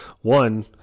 One